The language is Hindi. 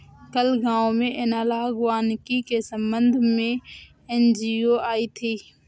कल गांव में एनालॉग वानिकी के संबंध में एन.जी.ओ आई थी